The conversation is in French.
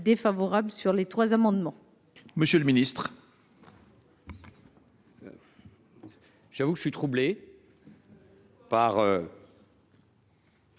défavorable sur ces trois amendements